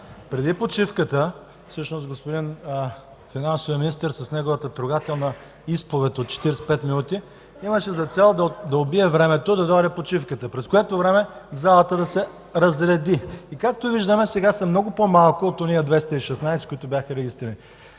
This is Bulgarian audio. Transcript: един замисъл, една игра. Господин финансовият министър с неговата трогателна изповед от 45 минути имаше за цел да убие времето, да дойде почивката, през което време залата да се разреди и както виждаме, сега са много по-малко от онези 216, които бяха регистрирани.